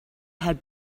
had